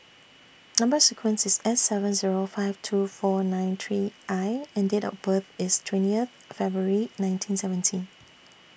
Number sequence IS S seven Zero five two four nine three I and Date of birth IS twentieth February nineteen seventy